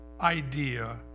idea